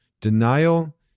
Denial